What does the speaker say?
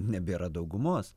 nebėra daugumos